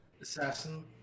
Assassin